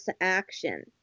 action